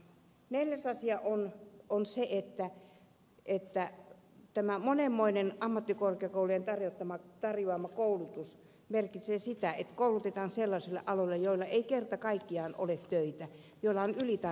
neljäs asia on se että tämä monenmoinen ammattikorkeakoulujen tarjoama koulutus merkitsee sitä että koulutetaan sellaisille aloille joilla ei kerta kaikkiaan ole töitä joilla on ylitarjontaa